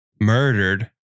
murdered